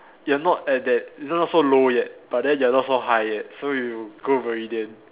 you're not at that you're not so low yet but then you're not so high yet so you go Meridian